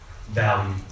value